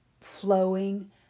flowing